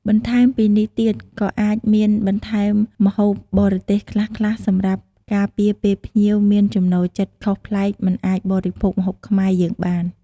បន្ថែមពីនេះទៀតក៏អាចមានបន្ថែមម្ហូបបរទេសខ្លះៗ សម្រាប់ការពារពេលភ្ញៀវមានចំណូលចិត្តខុសប្លែកមិនអាចបរិភោគម្ហូបខ្មែរយើងបាន។